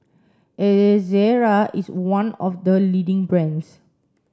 Ezerra is one of the leading brands